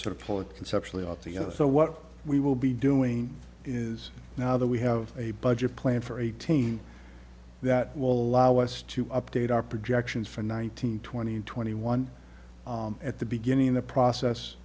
together so what we will be doing is now that we have a budget plan for eighteen that will allow us to update our projections from nineteen twenty twenty one at the beginning the process